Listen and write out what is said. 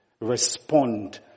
respond